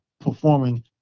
performing